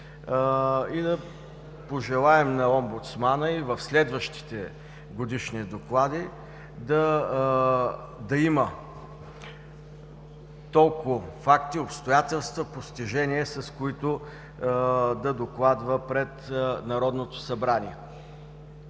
и да пожелаем на омбудсмана и в следващите годишни доклади да има толкова факти, обстоятелства, постижения, които да докладва пред Народното събрание.